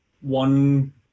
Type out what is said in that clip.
one